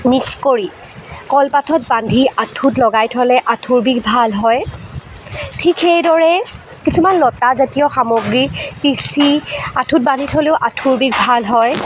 mix কৰি কলপাতত বান্ধি আঁঠুত লগাই থ'লে আঁঠুৰ বিষ ভাল হয় ঠিক সেইদৰে কিছুমান লতাজাতীয় সামগ্ৰী পিচি আঁঠুত বান্ধি থ'লেও আঁঠুৰ বিষ ভাল হয়